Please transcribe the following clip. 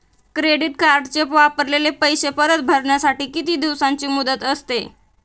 Credit कार्डचे वापरलेले पैसे परत भरण्यासाठी किती दिवसांची मुदत असते?